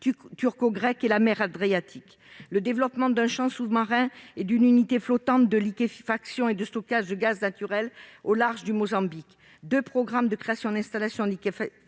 turco-grecque et la mer Adriatique ; le développement d'un champ sous-marin et d'une unité flottante de liquéfaction et de stockage de gaz naturel au large du Mozambique ; deux programmes de création d'installations de liquéfaction